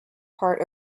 part